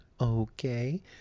Okay